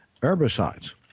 herbicides